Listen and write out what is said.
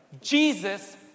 Jesus